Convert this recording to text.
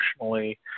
emotionally